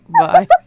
Bye